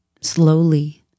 slowly